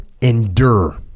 Endure